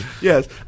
yes